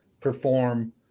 perform